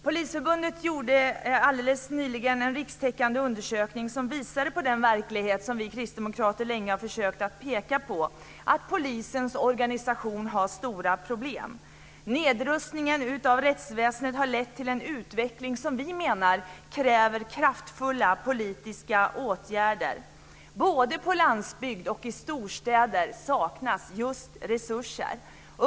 Polisförbundet gjorde alldeles nyligen en rikstäckande undersökning som visade på den verklighet som vi kristdemokrater länge har försökt att peka på, att polisens organisation har stora problem. Nedrustningen av rättsväsendet har lett till en utveckling som vi menar kräver kraftfulla politiska åtgärder. Både på landsbygd och i storstäder saknas just resurser.